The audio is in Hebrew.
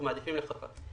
אנחנו מעדיפים לחכות.